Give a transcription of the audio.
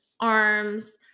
arms